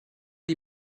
die